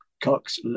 cox